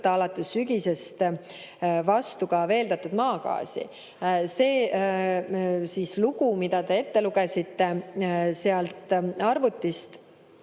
võtta alates sügisest vastu ka veeldatud maagaasi. See lugu, mida te ette lugesite sealt arvutist,